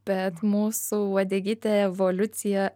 bet mūsų uodegytę evoliucija